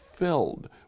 Filled